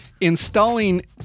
installing